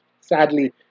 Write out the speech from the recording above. Sadly